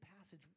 passage